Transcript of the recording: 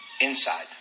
inside